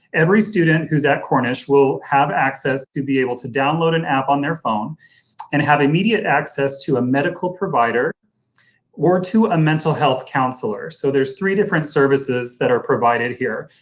every student who's at cornish will have access to be able to download an app on their phone and have immediate access to a medical provider or to a mental health counselor. so there's three different services that are provided here.